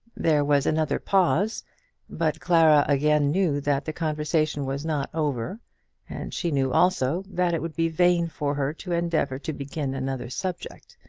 there was another pause but clara again knew that the conversation was not over and she knew also that it would be vain for her to endeavour to begin another subject.